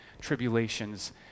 tribulations